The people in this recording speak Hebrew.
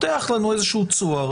פותח לנו איזשהו צוהר.